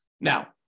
Now